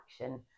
action